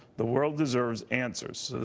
the world deserves answers.